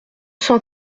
cent